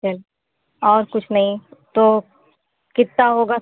चल और कुछ नहीं तो कितना होगा